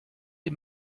les